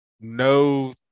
No